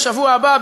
בשבוע הבא,